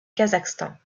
kazakhstan